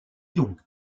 donc